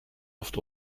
oft